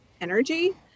energy